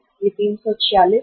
यह 346 है